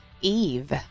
Eve